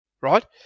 right